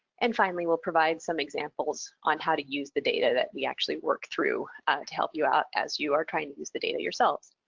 and finally, we'll provide some examples on how to use the data that we actually work through to help you out as you are trying to use the data yourselves.